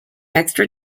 extra